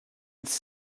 its